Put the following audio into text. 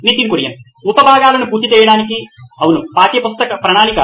Nitin Kurian COO నోయిన్ electronics ఉప భాగాలను పూర్తి చేయడానికి అవును పాఠ్య ప్రణాళిక